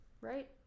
Right